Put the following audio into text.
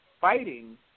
fighting